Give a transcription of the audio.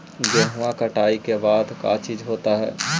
गेहूं कटाई के बाद का चीज होता है?